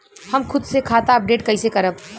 हम खुद से खाता अपडेट कइसे करब?